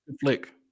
Flick